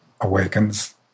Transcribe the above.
awakens